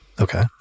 Okay